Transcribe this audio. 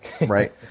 right